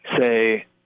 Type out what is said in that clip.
say